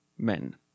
men